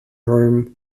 room